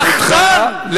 סחטן.